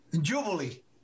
jubilee